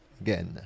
again